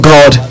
God